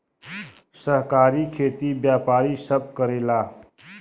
सहकारी खेती व्यापारी सब करेला